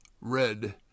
Red